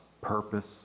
purpose